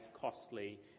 costly